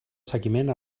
seguiment